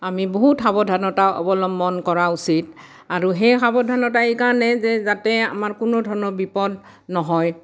আমি বহুত সাৱধানতা অৱলম্বন কৰা উচিত আৰু সেই সাৱধানতা এইকাৰণেই যে যাতে আমাৰ কোনোধৰণৰ বিপদ নহয়